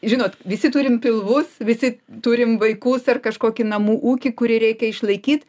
žinot visi turim pilvus visi turim vaikus ir kažkokį namų ūkį kurį reikia išlaikyt